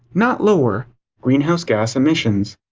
not lower greenhouse gas emissions.